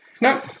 No